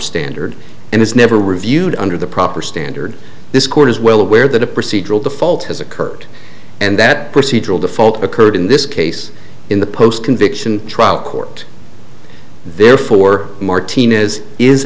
standard and is never reviewed under the proper standard this court is well aware that a procedural default has occurred and that procedural default occurred in this case in the post conviction trial court therefore martin